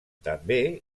també